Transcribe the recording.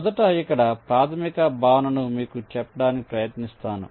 మొదట ఇక్కడ ప్రాథమిక భావనను మీకు చెప్పడానికి ప్రయత్నిస్తాను